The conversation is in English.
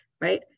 right